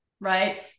Right